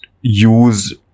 use